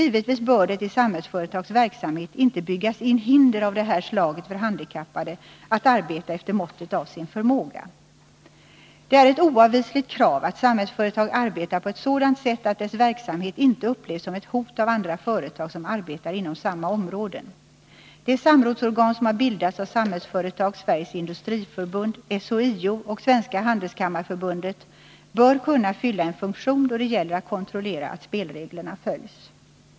Givetvis bör det i Samhällsföretags verksamhet inte byggas in hinder av det här slaget för handikappade att arbeta efter måttet av sin förmåga. "Det är ett oavvisligt krav att Samhällsföretag arbetar på ett sådant sätt att dess verksamhet inte upplevs som ett hot av andra företag som arbetar inom samma områden. Det samrådsorgan som har bildats av Samhällsföretag, Sveriges industriförbund, SHIO och Svenska handelskammarförbundet bör kunna fylla en funktion då det gäller att kontrollera att spelreglerna följs.